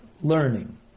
learning